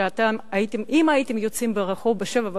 ואם הייתם יוצאים לרחוב ב-07:30,